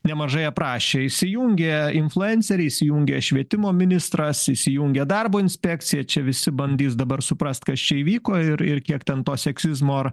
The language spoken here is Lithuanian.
nemažai aprašė įsijungia influenceriai įsijungia švietimo ministras įsijungia darbo inspekcija čia visi bandys dabar suprast kas čia įvyko ir ir kiek ten to seksizmo ar